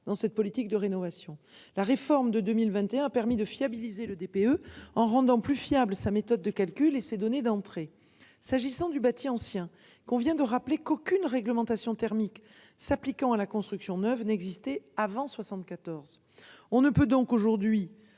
dans cette politique de rénovation. La réforme de 2021 a permis de fiabiliser le des. En rendant plus fiable sa méthode de calcul et s'est donné d'entrée s'agissant du bâti ancien qu'on vient de rappeler qu'aucune réglementation thermique s'appliquant à la construction neuve n'existait avant 74. On ne peut donc aujourd'hui.